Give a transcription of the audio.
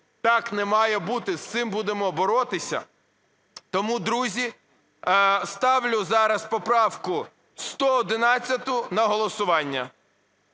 Так не має бути, з цим будемо боротися. Тому, друзі, ставлю зараз поправку 111 на голосування.